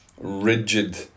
rigid